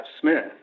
Smith